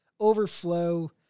overflow